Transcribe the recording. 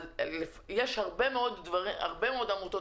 אבל יש הרבה מאוד גופים ועמותות